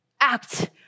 act